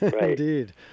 Indeed